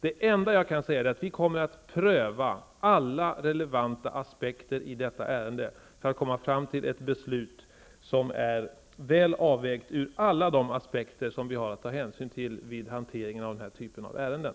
Det enda jag kan säga är att regeringen kommer att pröva alla relevanta aspekter i detta ärende för att komma fram till ett beslut som är väl avvägt ur alla de aspekter som vi har att ta hänsyn till vid hanteringen av den här typen av ärenden.